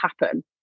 happen